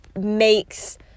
makes